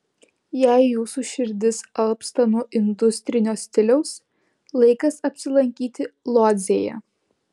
jei jūsų širdis alpsta nuo industrinio stiliaus laikas apsilankyti lodzėje